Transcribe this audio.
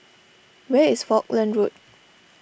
where is Falkland Road